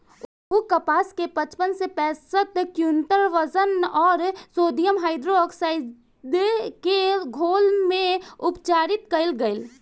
उ कपास के पचपन से पैसठ क्विंटल वजन अउर सोडियम हाइड्रोऑक्साइड के घोल में उपचारित कइल गइल